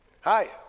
Hi